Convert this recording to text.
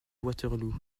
waterloo